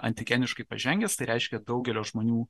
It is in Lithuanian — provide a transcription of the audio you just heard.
antigeniškai pažengęs tai reiškia daugelio žmonių